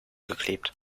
geklebt